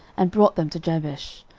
and brought them to jabesh,